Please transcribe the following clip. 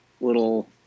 little